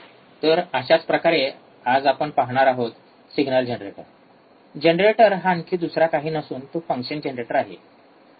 तर अशाच प्रकारे आज आपण पाहणार आहोत सिग्नल जनरेटर जनरेटर हा आणखी दुसरा काही नसून तो फंक्शन जनरेटर आहे